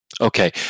Okay